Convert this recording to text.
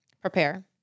prepare